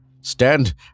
Stand